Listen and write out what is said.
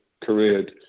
careered